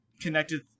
connected